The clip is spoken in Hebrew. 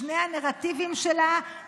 שני הנרטיבים שלה,